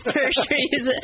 surgeries